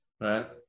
Right